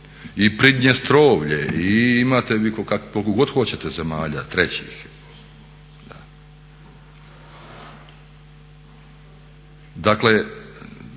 i Pridnjestrovje i imate koliko god hoćete zemalja 3.-ih.,